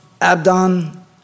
Abdon